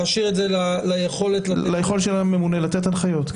להשאיר ליכולת --- ליכולת של הממונה לתת הנחיות.